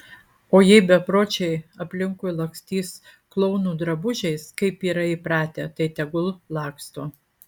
o jei bepročiai aplinkui lakstys klounų drabužiais kaip yra įpratę tai tegul laksto